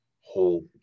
whole